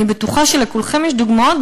אני בטוחה שלכולכם יש דוגמאות.